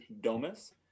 Domus